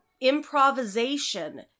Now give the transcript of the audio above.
improvisation